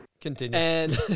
Continue